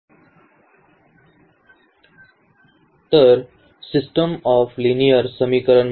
आपले परत स्वागत आहे तर सिस्टम ऑफ लिनीयर समीकरण मध्ये